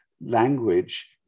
language